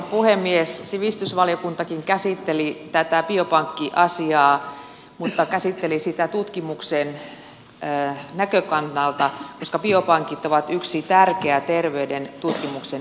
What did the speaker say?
sivistysvaliokuntakin käsitteli tätä biopankkiasiaa mutta se käsitteli sitä tutkimuksen näkökannalta koska biopankit ovat yksi tärkeä terveyden tutkimuksen infrastruktuuri